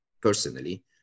personally